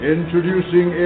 Introducing